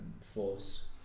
force